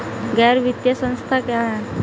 गैर वित्तीय संस्था क्या है?